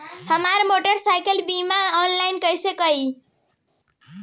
हमार मोटर साईकीलके बीमा ऑनलाइन कैसे होई?